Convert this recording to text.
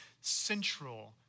central